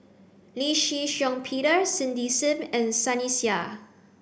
Lee Shih Shiong Peter Cindy Sim and Sunny Sia